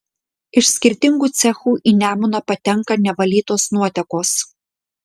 iš skirtingų cechų į nemuną patenka nevalytos nuotekos